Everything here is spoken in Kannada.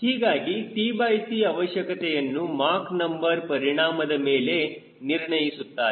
ಹೀಗಾಗಿ tc ಅವಶ್ಯಕತೆಯನ್ನು ಮಾಕ್ ನಂಬರ್ ಪರಿಣಾಮದ ಮೇಲೆ ನಿರ್ಣಯಿಸುತ್ತಾರೆ